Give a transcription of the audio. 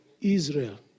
Israel